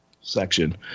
section